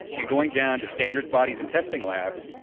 and going down to standards bodies and testing labs,